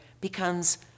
becomes